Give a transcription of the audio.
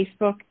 Facebook